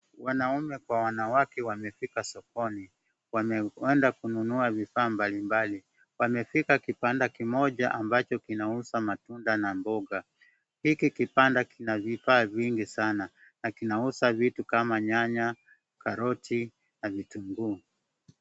Wanaume kwa wanawake wamefika sokoni, wanaenda kununua vifaa mbalimbali wamefika kibanda kimoja ambacho kinauza matunda na mboga hiki kibanda kina vifaa vingi sana na kinauza vitu kama nyanya, karoti na vitunguu.